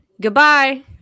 Goodbye